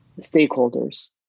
stakeholders